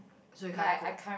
so you can't cook